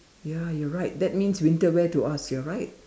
ya you are right that means winter wear to us you're right